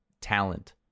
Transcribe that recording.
talent